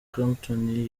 clapton